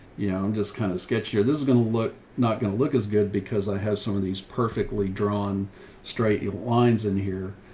yeah i'm just kind of sketch here. this is going to look not gonna look as good because i have some of these perfectly drawn straight lines in here.